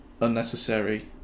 unnecessary